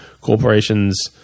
corporations